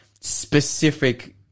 specific